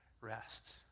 rest